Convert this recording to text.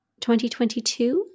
2022